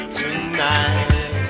tonight